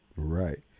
Right